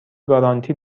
گارانتی